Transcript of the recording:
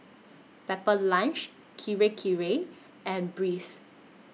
Pepper Lunch Kirei Kirei and Breeze